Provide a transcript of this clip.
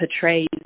portrays